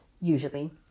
usually